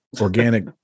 organic